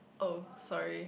oh sorry